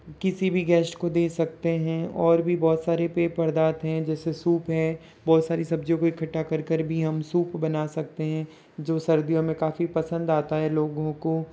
किसी भी गेस्ट को दे सकते हैं और भी बहुत सारे पेय पदार्थ है जैसे सूप है बहुत सारी सब्ज़ियों को इकठ्ठा कर कर भी हम सूप बना सकते हैं जो सर्दियों में काफ़ी पसंद आता है लोगों को